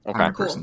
Okay